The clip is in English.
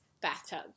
bathtub